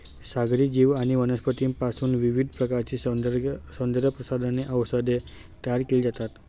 सागरी जीव आणि वनस्पतींपासूनही विविध प्रकारची सौंदर्यप्रसाधने आणि औषधे तयार केली जातात